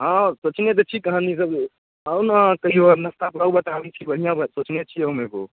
हँ सोचने तऽ छी कहानीसब आउ ने अहाँ कहिओ नाश्तापर बताबै छी बढ़िआँ बात सोचने छी हम एगो